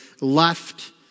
left